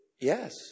Yes